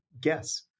guess